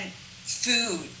food